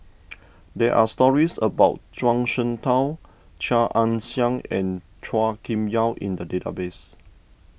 there are stories about Zhuang Shengtao Chia Ann Siang and Chua Kim Yeow in the database